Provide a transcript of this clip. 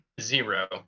zero